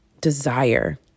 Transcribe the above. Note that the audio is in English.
desire